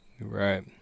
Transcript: Right